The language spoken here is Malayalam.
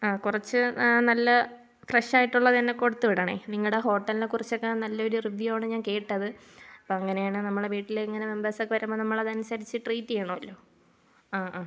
ആ കുറച്ച് നല്ല ഫ്രഷ് ആയിട്ടുള്ളത് തന്ന കൊടുത്തു വിടണേ നിങ്ങളുടെ ഹോട്ടലിനെ കുറിച്ചൊക്കെ നല്ല ഒരു റിവ്യൂ ആണ് ഞാൻ കേട്ടത് അപ്പം അങ്ങനെ ആണേൽ നമ്മുടെ വീട്ടിൽ ഇങ്ങനെ മെബേഴ്സ് ഒക്കെ വരുമ്പോൾ നമ്മൾ അതനുസരിച്ച് ട്രീറ്റ് ചെയ്യണമല്ലോ ആ ആ